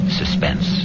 suspense